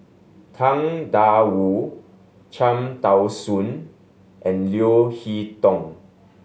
Tang Da Wu Cham Tao Soon and Leo Hee Tong